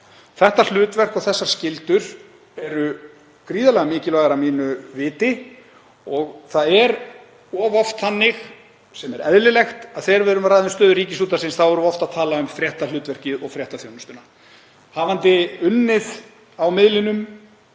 Þetta hlutverk og þessar skyldur eru gríðarlega mikilvægar að mínu viti. Það er of oft þannig, sem er eðlilegt, að þegar við ræðum stöðu Ríkisútvarpsins erum við að tala um fréttahlutverkið og fréttaþjónustuna. Eftir að hafa unnið á miðlinum